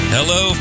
Hello